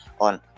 on